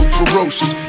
ferocious